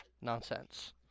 nonsense